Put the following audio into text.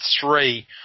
three